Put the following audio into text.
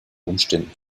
umständen